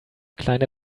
kleine